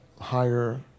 higher